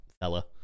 fella